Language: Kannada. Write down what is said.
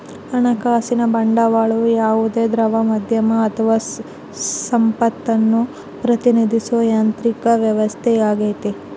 ಹಣಕಾಸಿನ ಬಂಡವಾಳವು ಯಾವುದೇ ದ್ರವ ಮಾಧ್ಯಮ ಅಥವಾ ಸಂಪತ್ತನ್ನು ಪ್ರತಿನಿಧಿಸೋ ಯಾಂತ್ರಿಕ ವ್ಯವಸ್ಥೆಯಾಗೈತಿ